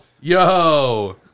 Yo